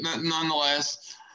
nonetheless